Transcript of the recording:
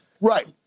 Right